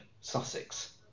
sussex